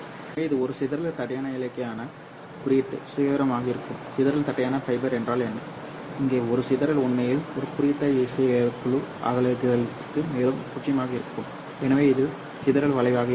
எனவே இது ஒரு சிதறல் தட்டையான இழைக்கான குறியீட்டு சுயவிவரமாக இருக்கும் சிதறல் தட்டையான ஃபைபர் என்றால் என்ன இங்கே உங்கள் சிதறல் உண்மையில் ஒரு குறிப்பிட்ட இசைக்குழு அகலத்திற்கு மேல் பூஜ்ஜியமாக இருக்கும் எனவே இது சிதறல் வளைவாக இருக்கும்